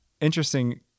interesting